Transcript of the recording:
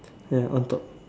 ya on top